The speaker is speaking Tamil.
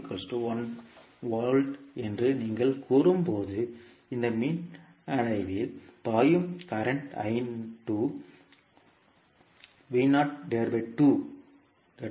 Vo 1 V என்று நீங்கள் கூறும்போது இந்த பின்னடைவில் பாயும் தற்போதைய I2 Vo 2 12 ஆக மாறும் ப